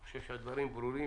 אני חושב שהדברים ברורים.